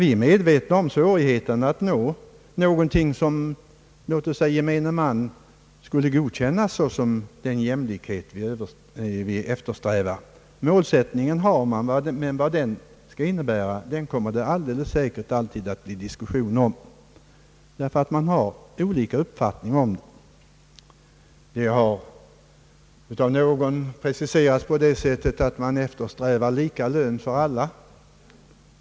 Vi är medvetna om svårigheterna att uppnå någonting som gemene man skulle godkänna som den jämlikhet vi eftersträvar. Målsättningen har man, men vad den skall innebära kommer det säkerligen alltid att bli diskussion om, därför att man har olika uppfattningar om den. Det har av någon preciserats så att man eftersträvar lika lön för alla.